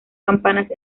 campanas